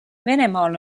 venemaal